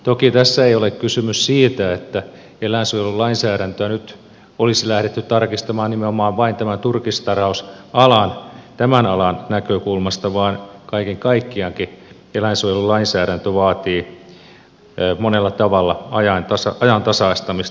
toki tässä ei ole kysymys siitä että eläinsuojelulainsäädäntöä nyt olisi lähdetty tarkistamaan nimenomaan vain tämän turkistarhausalan näkökulmasta vaan kaiken kaikkiaankin eläinsuojelulainsäädäntö vaatii monella tavalla ajantasaistamista